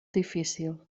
difícil